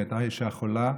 והיא הייתה אישה חולה.